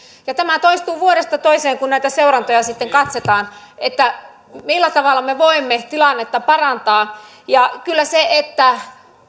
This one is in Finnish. tämä toistuu vuodesta toiseen kun näitä seurantoja sitten katsotaan millä tavalla me voimme tilannetta parantaa ja kyllä se että